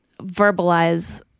verbalize